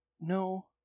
No